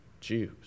Jews